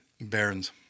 Barons